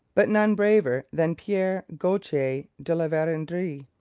but none braver than pierre gaultier de la verendrye,